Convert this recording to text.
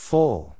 Full